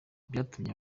byatumye